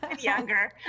younger